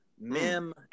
mem